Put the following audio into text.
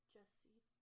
Jesse